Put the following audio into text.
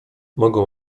mogą